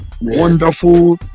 wonderful